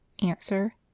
answer